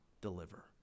deliver